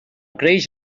creix